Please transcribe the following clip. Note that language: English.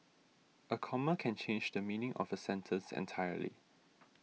a comma can change the meaning of a sentence entirely